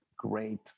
great